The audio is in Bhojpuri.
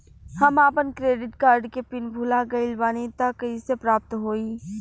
हम आपन क्रेडिट कार्ड के पिन भुला गइल बानी त कइसे प्राप्त होई?